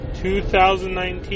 2019